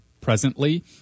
presently